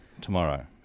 tomorrow